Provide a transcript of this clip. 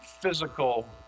physical